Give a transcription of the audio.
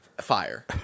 fire